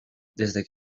desde